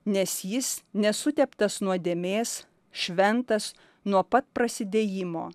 nes jis nesuteptas nuodėmės šventas nuo pat prasidėjimo